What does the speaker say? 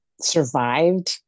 survived